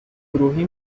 گروهی